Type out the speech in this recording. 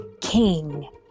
King